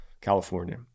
California